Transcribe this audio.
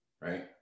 right